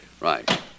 Right